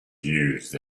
used